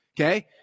Okay